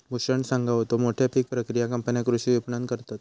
भूषण सांगा होतो, मोठ्या पीक प्रक्रिया कंपन्या कृषी विपणन करतत